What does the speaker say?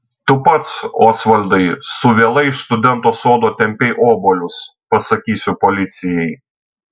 tu pats osvaldai su viela iš studento sodo tempei obuolius pasakysiu policijai